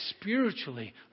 spiritually